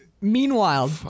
meanwhile